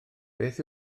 beth